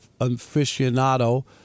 aficionado